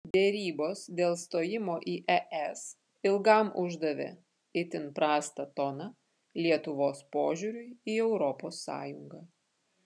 derybos dėl stojimo į es ilgam uždavė itin prastą toną lietuvos požiūriui į europos sąjungą